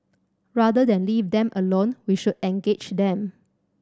rather than leave them alone we should engage then